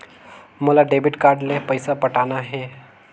मोला debit card ले पइसा पटाना हे?